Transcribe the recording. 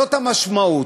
זאת המשמעות.